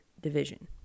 Division